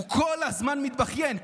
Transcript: הוא כל הזמן מתבכיין.